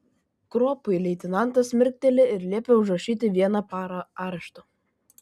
kropui leitenantas mirkteli ir liepia užrašyti vieną parą arešto